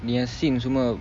dia sync semua